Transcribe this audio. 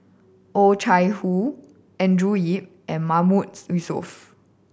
Oh Chai Hoo Andrew Yip and Mahmood Yusof